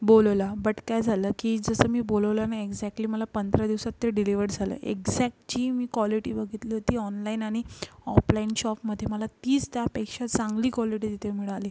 बोलवला but काय झालं की जसं मी बोलवलं नं एक्झॅक्टली मला पंधरा दिवसात ते डिलिवर्ड झालं एग्झॅक जी मी कॉलेटी बघितली होती ऑनलाईन आणि ऑपलाईन शॉपमध्ये मला तीच त्यापेक्षा चांगली कॉलिटी तिथे मिळाली